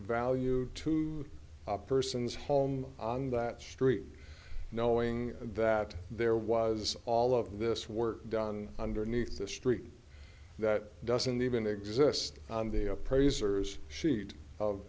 value to a person's home on that street knowing that there was all of this work done underneath the street that doesn't even exist the